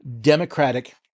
Democratic